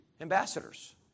Ambassadors